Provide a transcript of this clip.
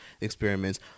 experiments